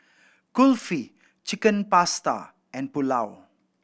Kulfi Chicken Pasta and Pulao